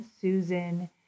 Susan